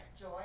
Joy